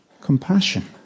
Compassion